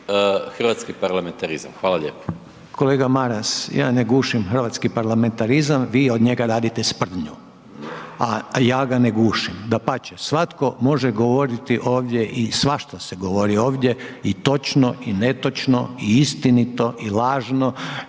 hrvatski parlamentarizam, hvala lijepo. **Reiner, Željko (HDZ)** Kolega Maras, ja ne gušim hrvatski parlamentarizam, vi od njega radite sprdnju a ja ga ne gušim, dapače, svatko može govoriti ovdje i svašta se govori ovdje i točno i netočno i istinito i lažno